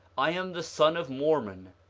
i am the son of mormon,